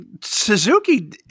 Suzuki